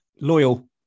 Loyal